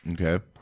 Okay